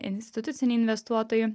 instituciniai investuotojai